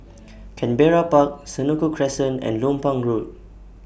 Canberra Park Senoko Crescent and Lompang Road